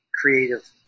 creative